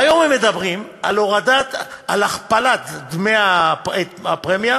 והיום הם מדברים על הכפלת דמי הפרמיה